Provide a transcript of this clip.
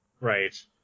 Right